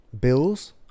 bills